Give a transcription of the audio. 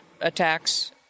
attacks